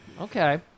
Okay